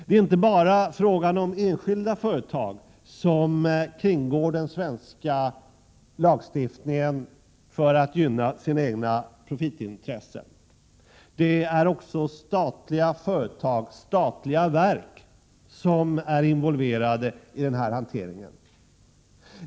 Det är inte bara enskilda företag som kringgår den svenska lagstiftningen för att gynna de egna profitintressena; också statliga företag och verk är involverade i hanteringen.